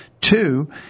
Two